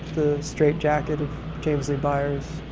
straitjacket of james lee byars,